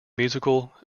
musical